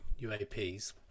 UAPs